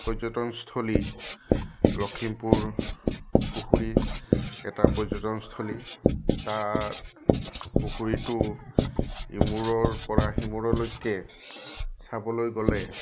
পৰ্যটনস্থলী লখিমপুৰ পুখুৰী এটা পৰ্যটনস্থলী তাত পুখুৰীটো ইমূৰৰপৰা সিমূৰলৈকে চাবলৈ গ'লে